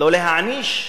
לא להעניש,